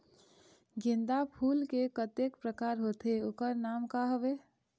गेंदा फूल के कतेक प्रकार होथे ओकर नाम का हवे?